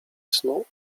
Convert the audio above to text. snu